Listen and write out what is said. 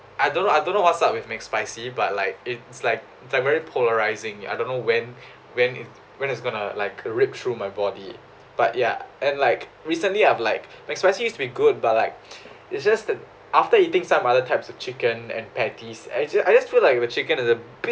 I don't know I don't know what's up with mcspicy but like it's like it's like very polarizing I don't know when when when it's going to like rip through my body but ya and like recently I've like mcspicy used to be good but like it's just that after eating some other types of chicken and patties actually I just feel like the chicken is a bit